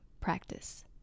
practice